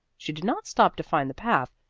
she did not stop to find the path,